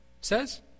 says